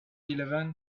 eleven